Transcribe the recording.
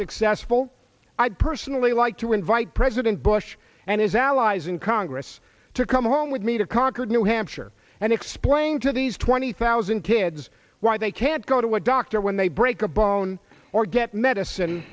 successful i'd personally like to invite president bush and his allies in congress to come home with me to concord new hampshire and explain to these twenty thousand kids why they can't go to a doctor when they break a bone or get medicine